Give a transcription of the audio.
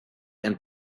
and